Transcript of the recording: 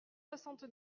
soixante